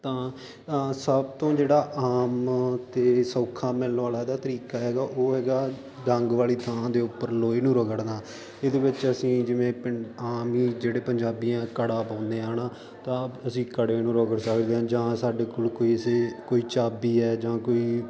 ਤਾਂ ਸਭ ਤੋਂ ਜਿਹੜਾ ਆਮ ਅਤੇ ਸੌਖਾ ਮਿਲਣ ਵਾਲਾ ਇਹਦਾ ਤਰੀਕਾ ਹੈਗਾ ਉਹ ਹੈਗਾ ਡੰਗ ਵਾਲੀ ਥਾਂ ਦੇ ਉੱਪਰ ਲੋਹੇ ਨੂੰ ਰਗੜਨਾ ਇਹਦੇ ਵਿੱਚ ਅਸੀਂ ਜਿਵੇਂ ਪਿਡ ਆਮ ਹੀ ਜਿਹੜੇ ਪੰਜਾਬੀ ਆ ਕੜਾ ਪਾਉਂਦੇ ਹਾਂ ਹੈ ਨਾ ਤਾਂ ਅਸੀਂ ਕੜੇ ਨੂੰ ਰਗੜ ਸਕਦੇ ਹਾਂ ਜਾਂ ਸਾਡੇ ਕੋਲ ਕੋਈ ਸੇ ਕੋਈ ਚਾਬੀ ਹੈ ਜਾਂ ਕੋਈ